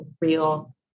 real